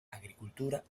agricultura